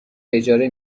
اجاره